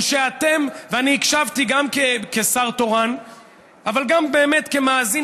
ואני הקשבתי גם כשר תורן אבל גם כמאזין